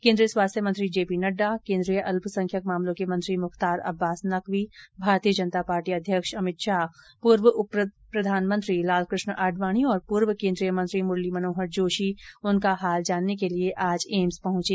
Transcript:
केंद्रीय स्वास्थ्य मंत्री जेपी नड्डा केंद्रीय अल्पसंख्यक मामलों के मंत्री मुख्तार अब्बास नकवी भारतीय जनता पार्टी अध्यक्ष अभित शाह पूर्व उपप्रधानमंत्री लालकुष्ण आडवाणी और पूर्व के द्रीय मंत्री मूरली मनोहर जोशी उनका हाल जानने के लिए आज एम्स पहुंचे